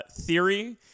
theory